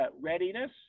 readiness